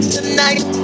Tonight